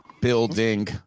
building